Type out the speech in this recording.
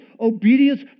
Obedience